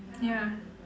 ya